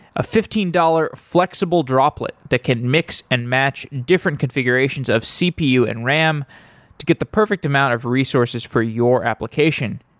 a fifteen dollars flexible droplet that can mix and match different configurations of cpu and ram to get the perfect amount of resources for your application.